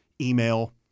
email